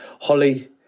Holly